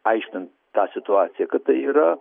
aiškint tą situaciją kada yra